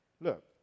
Look